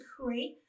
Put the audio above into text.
create